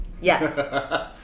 Yes